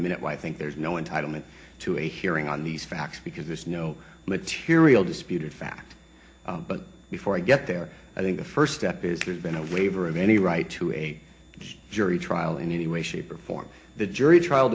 a minute why i think there's no entitlement to a hearing on these facts because there's no material disputed fact but before i get there i think the first step is there's been a waiver of any right to a jury trial in any way shape or form the jury trial